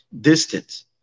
distance